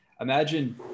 imagine